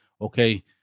okay